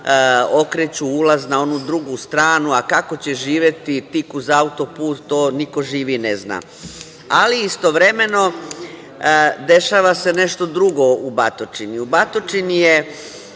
okreću ulaz na drugu stranu, a kako će živeti tik uz auto-put to niko živi ne zna. Ali, istovremeno dešava se nešto drugo u Batočini. U Batočini je